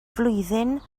flwyddyn